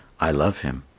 i love him,